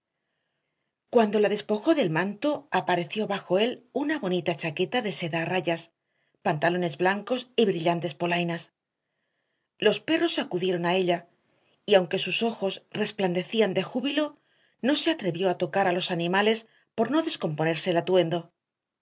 cuando la despojó del manto apareció bajo él una bonita chaqueta de seda a rayas pantalones blancos y brillantes polainas los perros acudieron a ella y aunque sus ojos resplandecían de júbilo no se atrevió a tocar a los animales por no descomponerse el atuendo